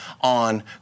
on